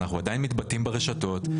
אנחנו עדיין מתבטאים ברשתות,